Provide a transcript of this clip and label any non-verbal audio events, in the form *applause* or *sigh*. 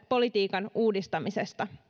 *unintelligible* politiikan uudistamisesta